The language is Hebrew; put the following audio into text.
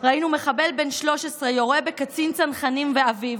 ראינו מחבל בן 13 יורה בקצין צנחנים ובאביו.